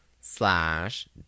slash